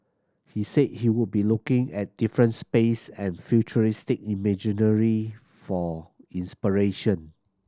he said he would be looking at different space and futuristic imagery for inspiration